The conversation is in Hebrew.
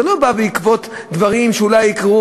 זה לא בא בגלל דברים שאולי יקרו,